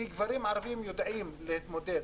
כי גברים ערבים יודעים להתמודד